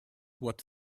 what